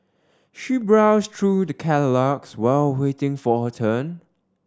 she browsed through the catalogues while waiting for her turn